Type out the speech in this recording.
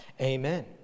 amen